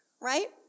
Right